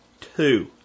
two